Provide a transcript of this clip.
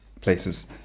places